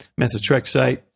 methotrexate